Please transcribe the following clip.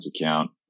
account